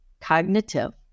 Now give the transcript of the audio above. cognitive